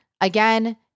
Again